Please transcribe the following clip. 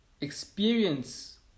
experience